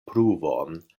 pruvon